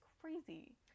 crazy